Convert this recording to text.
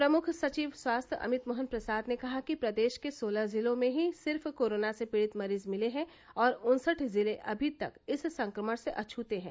प्रमुख सचिव स्वास्थ्य अमित मोहन प्रसाद ने कहा कि प्रदेश के सोलह जिलों में ही सिर्फ कोरोना से पीड़ित मरीज मिले हैं और उन्सठ जिले अभी तक इस संक्रमण से अछूते हैं